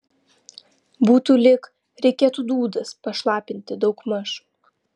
būtų lyg reikėtų dūdas pašlapinti daugmaž